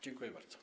Dziękuję bardzo.